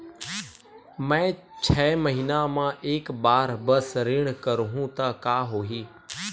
मैं छै महीना म एक बार बस ऋण करहु त का होही?